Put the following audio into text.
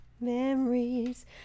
Memories